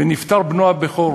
ונפטר בנו הבכור,